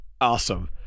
Awesome